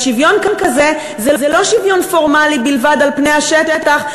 ושוויון כזה זה לא שוויון פורמלי בלבד על פני השטח,